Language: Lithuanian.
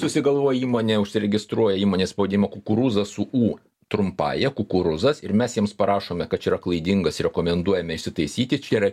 susigalvoja įmonė užsiregistruoja įmonės pavadinimą kukurūzas su u trumpąja kukuruzas ir mes jiems parašome kad čia yra klaidingas rekomenduojame išsitaisyti čia yra